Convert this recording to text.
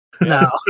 No